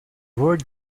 word